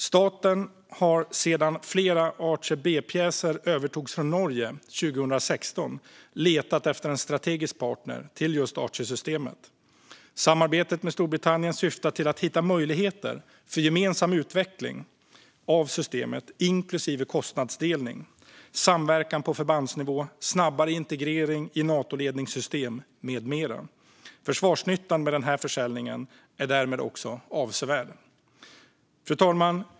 Staten har sedan flera Archer B-pjäser övertogs från Norge 2016 letat efter en strategisk partner till Archersystemet. Samarbetet med Storbritannien syftar till att hitta möjligheter för gemensam utveckling av systemet inklusive kostnadsdelning, samverkan på förbandsnivå, snabbare integrering i Natoledningssystem med mera. Försvarsnyttan med försäljningen är därmed också avsevärd. Fru talman!